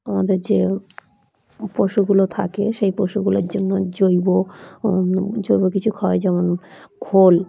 আমাদের যে পশুগুলো থাকে সেই পশুগুলোর জন্য জৈব জৈব কিছু হয় যেমন খোল